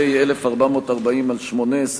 פ/1440/18,